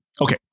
Okay